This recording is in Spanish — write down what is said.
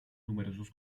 numerosos